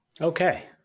Okay